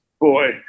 boy